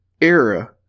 era